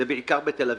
זה בעיקר בתל אביב.